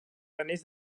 danès